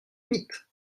vite